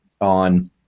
on